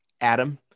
Adam